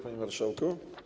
Panie Marszałku!